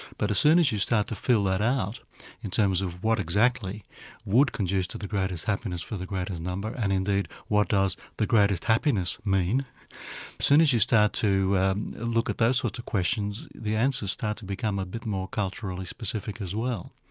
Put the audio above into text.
but as soon as you start to fill that out in terms of what exactly would conduce to the greatest happiness for the greatest number, and indeed what does the greatest happiness mean as soon as you start to look at those sorts of questions, the answers start to become a bit more culturally specific as well.